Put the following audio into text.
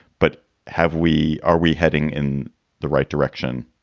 but have we? are we heading in the right direction,